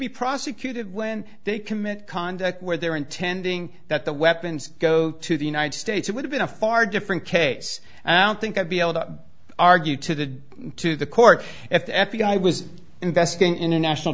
be prosecuted when they commit conduct where they're intending that the weapons go to the united states it would have been a far different case i don't think i'd be able to argue to the to the court if the f b i was investing in a national